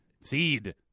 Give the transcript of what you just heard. seed